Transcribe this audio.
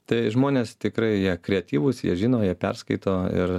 tai žmonės tikrai jie kreatyvūs jie žino jie perskaito ir